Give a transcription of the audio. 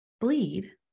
bleed